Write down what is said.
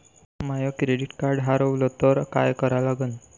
माय credit card हारवलं तर काय करा लागन?